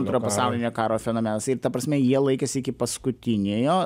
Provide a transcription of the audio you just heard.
antro pasaulinio karo fenomeną isai ta prasme jie laikėsi iki paskutiniojo